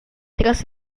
tras